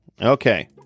Okay